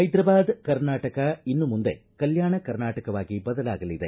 ಹೈದ್ರಾಬಾದ್ ಕರ್ನಾಟಕ ಇನ್ನು ಮುಂದೆ ಕಲ್ಹಾಣ ಕರ್ನಾಟಕವಾಗಿ ಬದಲಾಗಲಿದೆ